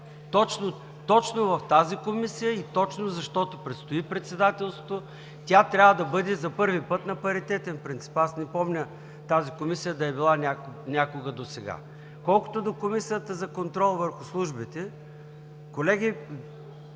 Точно в тази комисия и точно защото предстои председателството, тя трябва да бъде за първи път на паритетен принцип. Не помня да е била някога досега. Колкото до Комисията за контрол върху службите. Колеги,